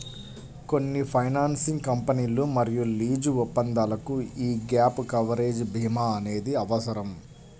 కొన్ని ఫైనాన్సింగ్ కంపెనీలు మరియు లీజు ఒప్పందాలకు యీ గ్యాప్ కవరేజ్ భీమా అనేది అవసరం